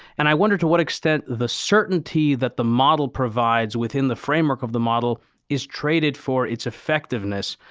and i wonder to what extent the certainty that the model provides within the framework of the model is traded for its effectiveness.